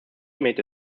made